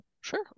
Sure